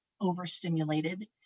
overstimulated